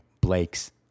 Blake's